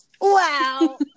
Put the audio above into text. wow